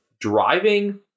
driving